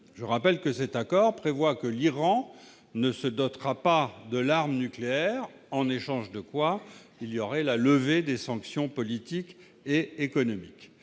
le rappelle, cet accord prévoit que l'Iran ne se dotera pas de l'arme nucléaire en échange de la levée des sanctions politiques et économiques.